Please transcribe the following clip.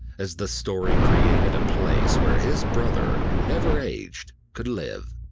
as the story created a place where his brother, who never aged, could live.